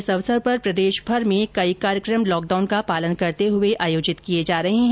इस अवसर पर प्रदेशभर में कई कार्यक्रम लॉकडाउन का पालन करते हुए आयोजित किए जा रहे है